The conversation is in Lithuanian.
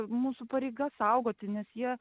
mūsų pareiga saugoti nes jie